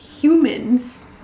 humans